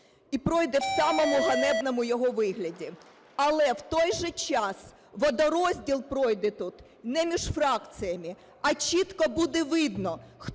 і пройде в самому ганебному його вигляді, але в той же час водорозділ пройде тут не між фракціями, а чітко буде видно,